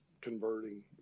converting